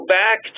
back